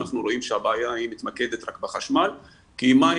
אנחנו רואים שהבעיה היא מתמקדת רק בחשמל כי מים